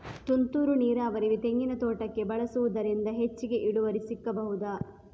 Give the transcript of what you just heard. ತುಂತುರು ನೀರಾವರಿ ತೆಂಗಿನ ತೋಟಕ್ಕೆ ಬಳಸುವುದರಿಂದ ಹೆಚ್ಚಿಗೆ ಇಳುವರಿ ಸಿಕ್ಕಬಹುದ?